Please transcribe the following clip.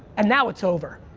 and now it's over.